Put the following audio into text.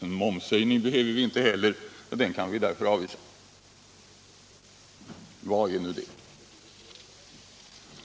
En momshöjning behöver vi inte heller, och den kan vi därför avvisa. Vad är nu detta?